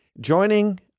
joining